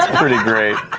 pretty great.